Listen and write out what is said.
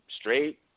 straight